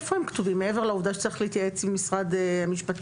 איפה הם כתובים מעבר לעובדה שצריך להתייעץ עם משרד המשפטים,